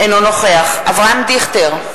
אינו נוכח אברהם דיכטר,